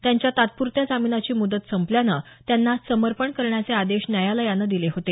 त्यांच्या तात्पुरत्या जामिनाची मुद्दत संपल्यानं त्यांना आज समर्पण करण्याचे आदेश न्यायालयानं दिले होते